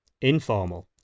informal